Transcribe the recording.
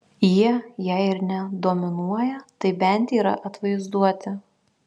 jie jei ir ne dominuoja tai bent yra atvaizduoti